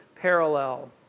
parallel